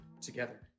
together